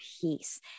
PEACE